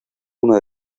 una